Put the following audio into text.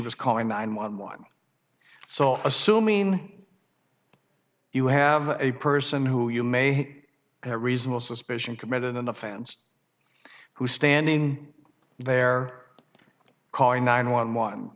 was calling nine one one so assuming you have a person who you may have reasonable suspicion committed an offense who's standing there calling nine one one